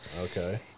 Okay